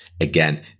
Again